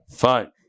Fine